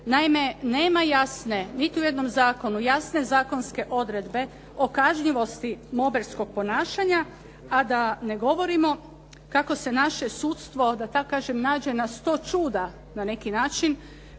naime, nema jasne, niti u jednom zakonu, jasne zakonske odredbe o kažnjivosti …/Govornik se ne razumije./… ponašanja a da ne govorim kako se naše sudstvo da tako kažem nađe na 100 čuda na neki način